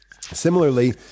Similarly